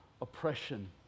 oppression